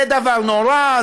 זה דבר נורא,